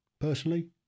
personally